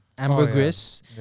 ambergris